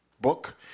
book